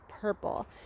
purple